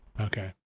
okay